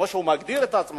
כמו שהוא מגדיר את עצמו,